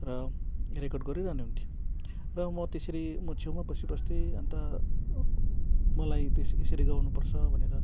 र रेकर्ड गरि रहनुहुन्थ्यो र म त्यसरी म छेउमा बसिबस्थे अन्त मलाई बेस यसरी गाउनु पर्छ भनेर